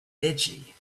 itchy